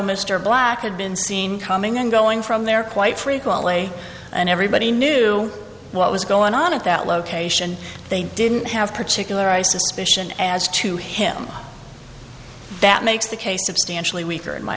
mr black had been seen coming and going from there quite frequently and everybody knew what was going on at that location they didn't have particular i suspicion as to him that makes the case of stanley weaker in my